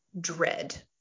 dread